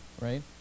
right